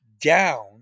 down